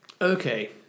okay